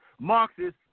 Marxist